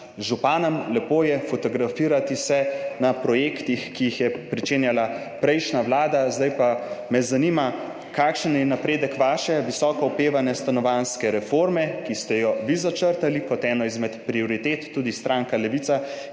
županom. Lepo se je fotografirati na projektih, ki jih je pričenjala prejšnja vlada. Zdaj pa me zanima: Kakšen je napredek vaše visoko opevane stanovanjske reforme, ki ste jo vi začrtali kot eno izmed prioritet in je tudi stranka Levica